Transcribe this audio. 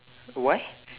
why